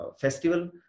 festival